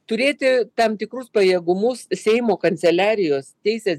turėti tam tikrus pajėgumus seimo kanceliarijos teisės